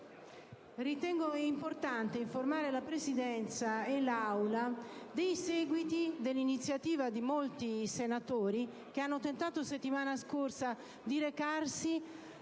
ritengo importante informare la Presidenza e l'Assemblea del seguito dell'iniziativa dei molti senatori che hanno tentato la settimana scorsa di recarsi,